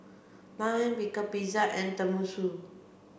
Lime Pickle Pizza and Tenmusu